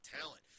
talent